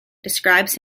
describes